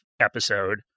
episode